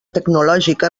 tecnològica